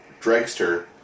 Dragster